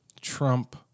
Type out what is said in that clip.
trump